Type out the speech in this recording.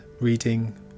reading